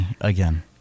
again